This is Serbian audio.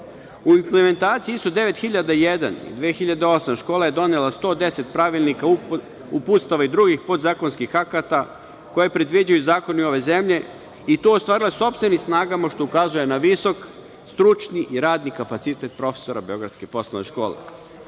U implementaciji ISO 9001/2008 škola je donela 110 pravilnika, uputstava i drugih podzakonskih akata koje predviđaju zakoni ove zemlje, i to je ostvarila sopstvenim snagama što ukazuje na visok stručno i radni kapacitet profesora Beogradske poslovne škole. Ovi